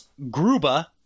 Gruba